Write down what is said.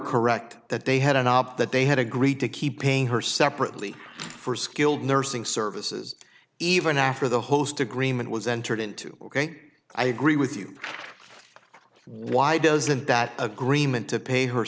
correct that they had an op that they had agreed to keep paying her separately for skilled nursing services even after the host agreement was entered into ok i agree with you why doesn't that agreement to pay her